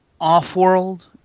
off-world